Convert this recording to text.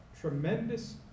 Tremendous